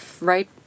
right